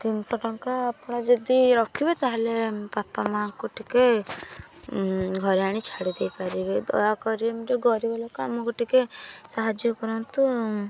ତିନିଶହ ଟଙ୍କା ଆପଣ ଯଦି ରଖିବେ ତା'ହେଲେ ବାପା ମାଆଙ୍କୁ ଟିକେ ଘରେ ଆଣି ଛାଡ଼ି ଦେଇପାରିବେ ଦୟାକରି ମୁଁ ଟିକେ ଗରିବ ଲୋକ ଆମକୁ ଟିକେ ସାହାଯ୍ୟ କରନ୍ତୁ ଆଉ